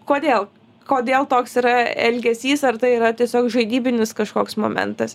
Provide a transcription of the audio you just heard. kodėl kodėl toks yra elgesys ar tai yra tiesiog žaidybinis kažkoks momentas